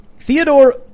Theodore